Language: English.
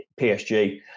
PSG